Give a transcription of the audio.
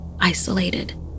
isolated